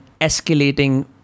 escalating